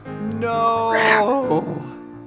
No